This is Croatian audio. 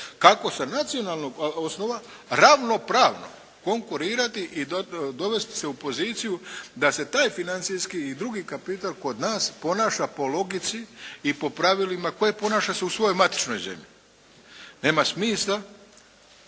kako sa nacionalnog osnova ravnopravno konkurirati i dovesti se u poziciju da se taj financijski i drugi kapital kod nas ponaša po logici i po pravilima koje ponaša se u svojoj matičnoj zemlji. Nema smisla